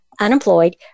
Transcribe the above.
unemployed